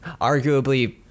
Arguably